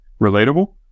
relatable